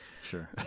Sure